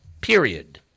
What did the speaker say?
Period